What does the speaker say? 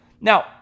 Now